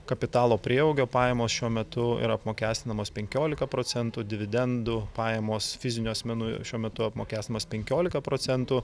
kapitalo prieaugio pajamos šiuo metu yra apmokestinamos penkiolika procentų dividendų pajamos fizinių asmenų šiuo metu apmokestinamas penkiolika procentų